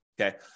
Okay